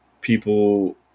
people